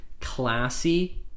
classy